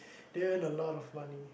they earn a lot of money